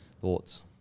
Thoughts